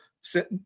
sit